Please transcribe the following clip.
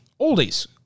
oldies